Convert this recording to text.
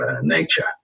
nature